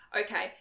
Okay